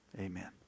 amen